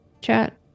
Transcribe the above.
chat